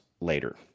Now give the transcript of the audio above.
later